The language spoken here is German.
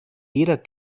jeder